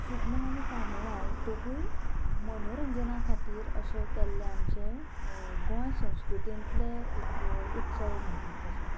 शिगमो आनी कार्निवाल दोगूय मनोरंजना खातीर अशे केल्ले आमचे गोंय संस्कृतेंतले एक उत्सव म्हणटा तशे